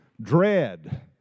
dread